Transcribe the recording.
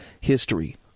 history